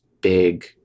big